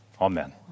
Amen